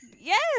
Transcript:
Yes